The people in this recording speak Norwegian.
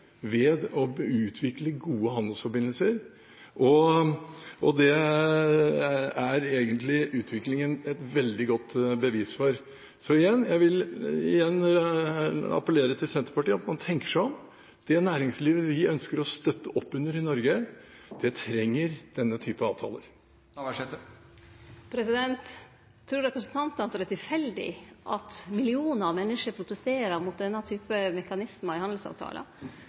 ved å utvikle gode handelsforbindelser. Det er egentlig utviklingen et veldig godt bevis for. Så jeg vil igjen appellere til Senterpartiet om at man tenker seg om. Det næringslivet vi ønsker å støtte opp under i Norge, trenger denne type avtaler. Trur representanten at det er tilfeldig at millionar av menneske protesterer mot denne typen mekanismar i